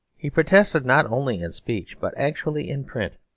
he protested, not only in speech, but actually in print.